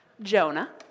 Jonah